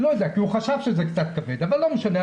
לא יודע, כי הוא חשב שזה קצת כבד, אבל לא משנה.